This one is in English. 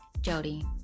Jody